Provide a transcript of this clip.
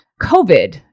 COVID